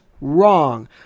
wrong